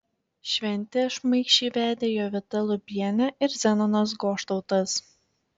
šventę šmaikščiai vedė jovita lubienė ir zenonas goštautas